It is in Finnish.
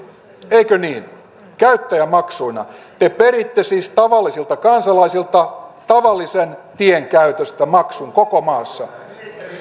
eikö niin käyttäjämaksuina te peritte siis tavallisilta kansalaisilta tavallisen tien käytöstä maksun koko maassa